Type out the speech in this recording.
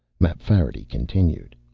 mapfarity continued,